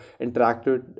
interacted